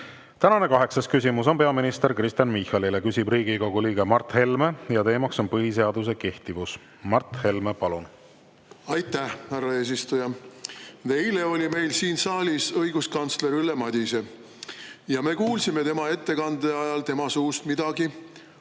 Tänane kaheksas küsimus on peaminister Kristen Michalile, küsib Riigikogu liige Mart Helme ja teema on põhiseaduse kehtivus. Mart Helme, palun! Aitäh, härra eesistuja! Eile oli meil siin saalis õiguskantsler Ülle Madise ja me kuulsime tema ettekande ajal tema suust midagi